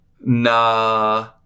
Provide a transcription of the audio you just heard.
Nah